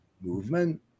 movement